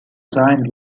signed